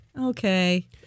Okay